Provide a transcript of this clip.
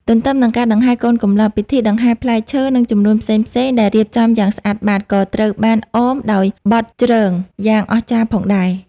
ទន្ទឹមនឹងការដង្ហែកូនកំលោះ ពិធីដង្ហែផ្លែឈើ និងជំនូនផ្សេងៗដែលរៀបចំយ៉ាងស្អាតបាត ក៏ត្រូវបានអមដោយបទ ជ្រង យ៉ាងអស្ចារ្យផងដែរ។